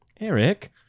Eric